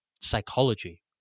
psychology